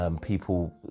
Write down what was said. People